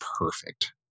perfect